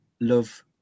love